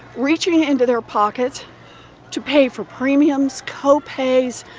reaching into their pockets to pay for premiums, co-pays,